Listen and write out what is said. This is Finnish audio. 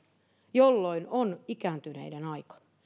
jolloin on ikääntyneiden aika